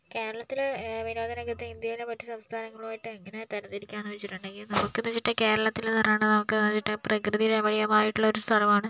കേരളത്തിലെ വിനോദ രംഗത്തെ ഇന്ത്യയിലെ മറ്റ് സംസ്ഥാനങ്ങളുമായിട്ട് എങ്ങനെ തരം തിരിക്കാമെന്ന് വച്ചിട്ടുണ്ടെങ്കിൽ നമുക്കെന്ന് വച്ചിട്ടുണ്ടെങ്കിൽ കേരളത്തിലെ നിറമാണ് നമുക്ക് പ്രകൃതി രമണീയമായിട്ടുള്ളൊരു സ്ഥലമാണ്